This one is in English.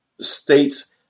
states